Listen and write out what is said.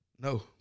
No